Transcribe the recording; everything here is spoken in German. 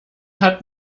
hat